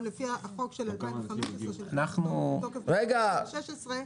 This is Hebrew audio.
גם לפי החוק של 2015 שנכנס לתוקף ב-2016,